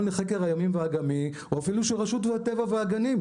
לחקר הימים והאגמים או אפילו של רשות הטבע והגנים.